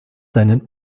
seinen